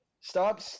stop